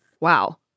Wow